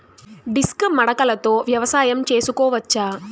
Disc మడకలతో వ్యవసాయం చేసుకోవచ్చా??